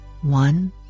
One